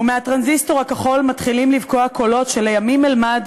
ומהטרנזיסטור הכחול מתחילים לבקוע קולות שלימים אלמד